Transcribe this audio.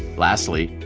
lastly,